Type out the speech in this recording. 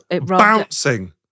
bouncing